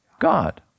God